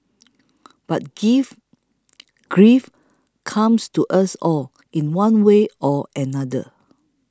but give grief comes to us all in one way or another